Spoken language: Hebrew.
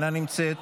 אינה נמצאת,